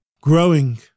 growing